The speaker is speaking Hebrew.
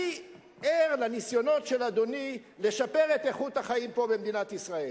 אני ער לניסיונות של אדוני לשפר את איכות החיים פה במדינת ישראל.